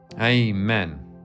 Amen